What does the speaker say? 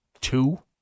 two